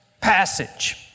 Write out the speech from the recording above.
passage